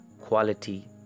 quality